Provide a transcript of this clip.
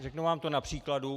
Řeknu vám to na příkladu.